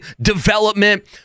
development